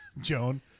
Joan